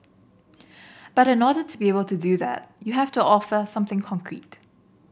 but in order to be able to do that you have to offer something concrete